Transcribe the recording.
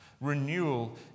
Renewal